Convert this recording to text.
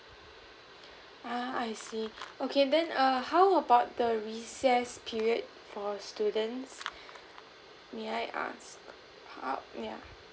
uh I see okay then err how about the recess period for students may I ask how yeah